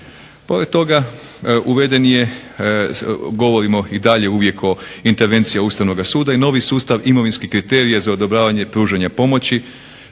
Pored toga uveden je, govorimo i dalje uvijek o intervenciji Ustavnoga suda, i novi sustav imovinskih kriterija za odobravanje pružanja pomoći